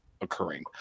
occurring